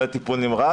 ניידת טיפול נמרץ,